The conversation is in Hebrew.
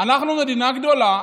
אנחנו מדינה גדולה,